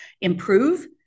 improve